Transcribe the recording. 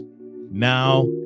Now